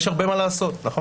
יש הרבה מה לעשות, נכון.